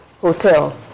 Hotel